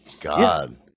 god